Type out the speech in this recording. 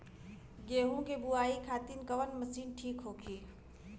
गेहूँ के बुआई खातिन कवन मशीन ठीक होखि?